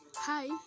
Hi